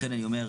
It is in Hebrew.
לכן אני אומר,